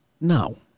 No